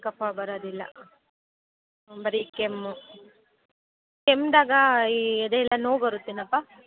ಕಫ ಬರೋದಿಲ್ಲ ಬರೀ ಕೆಮ್ಮು ಕೆಮ್ದಾಗ ಈ ಎದೆಯಲ್ಲಿ ನೋವು ಬರುತ್ತೇನಪ್ಪ